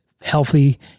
healthy